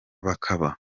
bakaba